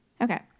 okay